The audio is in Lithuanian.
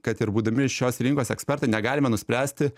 kad ir būdami šios rinkos ekspertai negalime nuspręsti